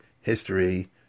history